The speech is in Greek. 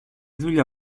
δουλειά